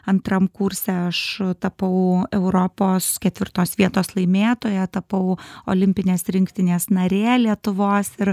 antram kurse aš tapau europos ketvirtos vietos laimėtoja tapau olimpinės rinktinės narė lietuvos ir